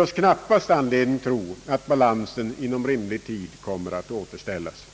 oss knappast anledning tro att balansen inom rimlig tid kommer att återställas.